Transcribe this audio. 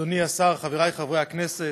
אדוני השר, חברי חברי הכנסת.